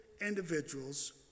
individuals